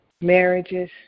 marriages